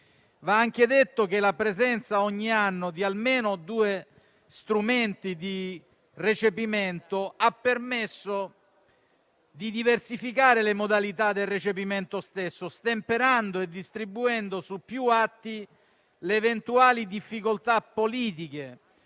Va anche detto che la presenza ogni anno di almeno due strumenti di recepimento ha permesso di diversificare le modalità del recepimento stesso, stemperando e distribuendo su più atti le eventuali difficoltà politiche,